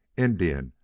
indian,